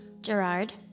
Gerard